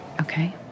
Okay